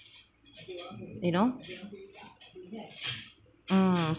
you know mm